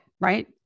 right